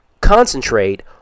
concentrate